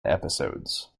episodes